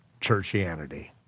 churchianity